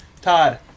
todd